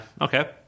Okay